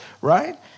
right